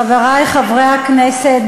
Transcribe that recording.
חברי חברי הכנסת,